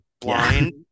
blind